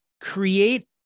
create